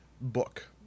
book